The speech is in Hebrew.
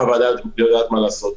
והוועדה יודעת מה לעשות.